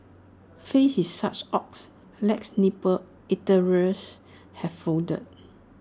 faced with such odds less nimble eateries have folded